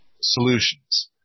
solutions